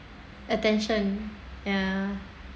attention ya